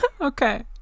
Okay